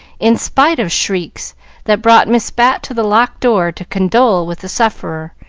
in spite of shrieks that brought miss bat to the locked door to condole with the sufferer,